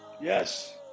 yes